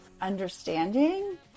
understanding